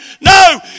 No